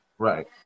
Right